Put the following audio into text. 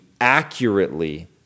accurately